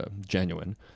genuine